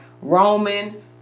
Roman